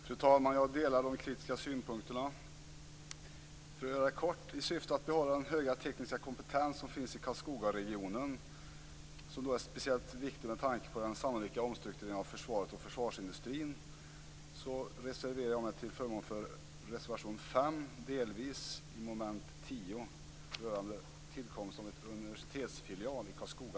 Fru talman! Jag delar de kritiska synpunkterna. I syfte att bevara den höga tekniska kompetens som finns i Karlskogaregionen, som är speciellt viktig med tanke på den sannolika omstruktureringen av försvaret och försvarsindustrin, reserverar jag mig till förmån för reservation 5, delvis, under mom. 10, rörande tillkomsten av en universitetsfilial i Karlskoga.